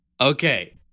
Okay